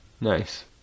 Nice